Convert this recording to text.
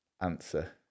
answer